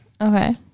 Okay